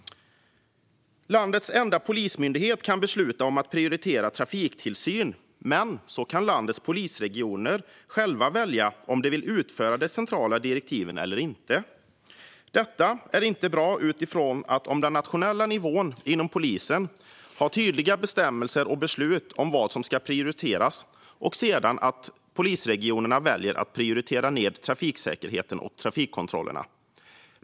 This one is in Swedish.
Landets enda polismyndighet kan besluta om att prioritera trafiktillsynen, men landets polisregioner kan själva välja om de vill följa de centrala direktiven eller inte. Det är inte bra om den nationella nivån inom polisen har tydliga bestämmelser och beslut om vad som ska prioriteras och polisregionerna sedan väljer att prioritera ned trafiksäkerheten och trafikkontrollerna.